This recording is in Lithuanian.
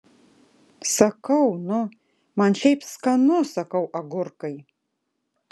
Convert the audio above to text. sakau nu man šiaip skanu sakau agurkai